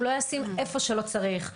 הוא לא ישים איפה שלא צריך.